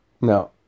No